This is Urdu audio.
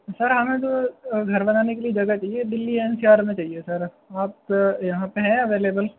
سر ہمیں جو گھر بنانے کے لیے جگہ چاہیے دہلی این سی آر میں چاہیے سر آپ یہاں پہ ہیں اویلیبل